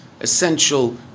essential